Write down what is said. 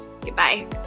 Goodbye